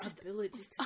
ability